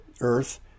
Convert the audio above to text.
earth